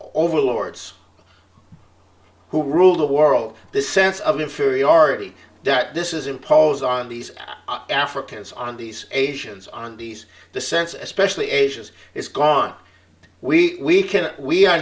overlords who rule the world the sense of inferiority that this is imposed on these africans on these asians andi's the sense especially asians is gone we can we are